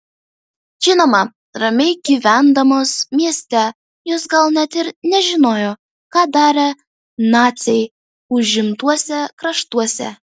žinoma ramiai gyvendamos mieste jos gal net ir nežinojo ką darė naciai užimtuose kraštuose